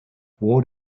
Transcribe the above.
what